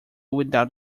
without